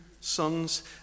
sons